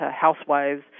housewives